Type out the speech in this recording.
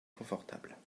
confortable